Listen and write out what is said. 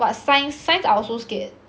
what science science I also scared